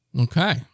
Okay